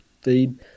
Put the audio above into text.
feed